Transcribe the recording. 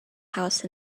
house